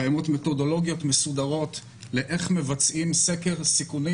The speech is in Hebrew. קיימות מתודולוגיות מסודרות איך מבצעים סקר סיכונים